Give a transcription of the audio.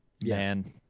man